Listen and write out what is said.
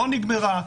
לא נגמרה,